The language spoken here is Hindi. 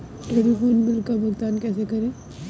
टेलीफोन बिल का भुगतान कैसे करें?